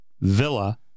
Villa